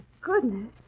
goodness